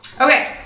Okay